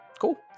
Cool